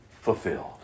fulfilled